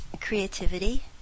creativity